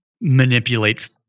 manipulate